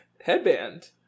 headband